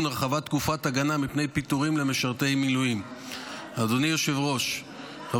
כך שתקופת ההגנה מפני פיטורי משרתי מילואים השבים לעבודה לאחר